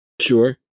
Sure